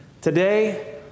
today